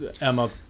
Emma